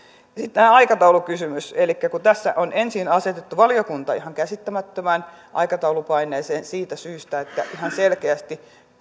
tämä aikataulukysymys elikkä tässä on ensin asetettu valiokunta ihan käsittämättömään aikataulupaineeseen siitä syystä että ihan selkeästi